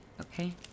okay